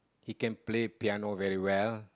he can play piano very well